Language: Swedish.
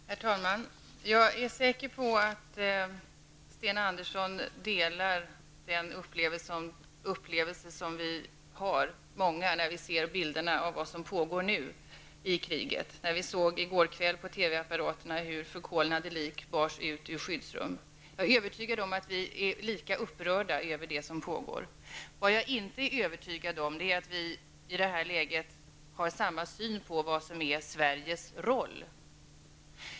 Herr talman! Jag är säker på att Sten Andersson delar den upplevelse som många av oss har när vi ser bilderna av vad som nu pågår i kriget. Vi såg i går kväll på TV hur förkolnade lik bars ut ur skyddsrum. Jag är övertygad om att vi är lika upprörda över vad som pågår. Jag är inte lika övertygad om att vi i detta läge har samma syn på vad som är Sveriges roll.